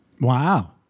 Wow